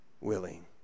willing